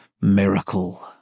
miracle